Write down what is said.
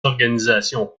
organisations